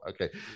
okay